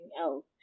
else